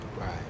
Right